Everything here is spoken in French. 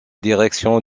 direction